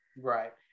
right